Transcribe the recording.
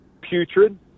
Putrid